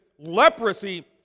Leprosy